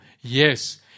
Yes